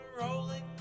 rolling